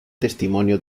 testimonio